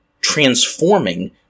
transforming